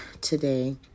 today